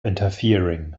interfering